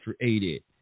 created